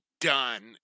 done